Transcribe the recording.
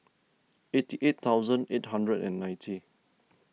eighty eight thousand eight hundred and ninety